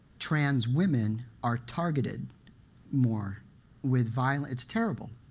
trans women are targeted more with violence. it's terrible.